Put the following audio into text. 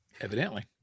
Evidently